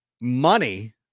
money